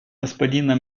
господина